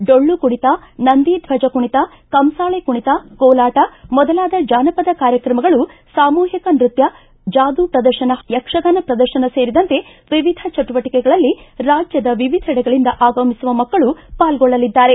ಡೊಳ್ಳು ಕುಣಿತ ನಂದಿ ಧ್ವಜ ಕುಣಿತ ಕಂಸಾಳೆ ಕುಣಿತ ಕೋಲಾಟ ಮೊದಲಾದ ಜಾನಪದ ಕಾರ್ಯಕ್ರಮಗಳು ಸಾಮೂಹಿಕ ನೃತ್ಯ ಜಾದೂ ಪ್ರದರ್ಶನ ಯಕ್ಷಗಾನ ಪ್ರದರ್ಶನ ಸೇರಿದಂತೆ ವಿವಿಧ ಚಟುವಟಿಕೆಗಳಲ್ಲಿ ರಾಜ್ಯದ ವಿವಿಧೆಡೆಗಳಿಂದ ಆಗಮಿಸುವ ಮಕ್ಕಳು ಪಾಲ್ಗೊಳ್ಳಲಿದ್ದಾರೆ